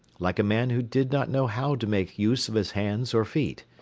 like a man who did not know how to make use of his hands or feet.